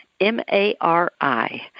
M-A-R-I